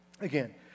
again